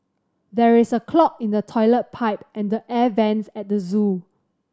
there is a clog in the toilet pipe and the air vent at the zoo